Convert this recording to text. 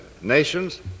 nations